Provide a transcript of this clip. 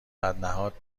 بدنهاد